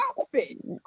outfit